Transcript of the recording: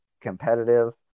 competitive